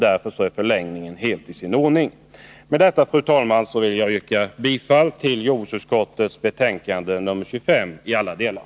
Fru talman! Med detta yrkar jag bifall till utskottets hemställan på alla punkter.